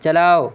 چلاؤ